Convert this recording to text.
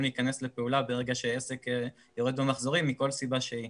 להיכנס לפעולה ברגע שעסק יורד במחזורים מכל סיבה שהיא.